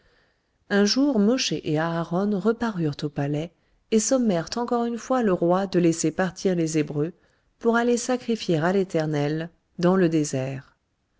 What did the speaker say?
un jour mosché et aharon reparurent au palais et sommèrent encore une fois le roi de laisser partir les hébreux pour aller sacrifier à l'éternel dans le désert